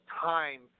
time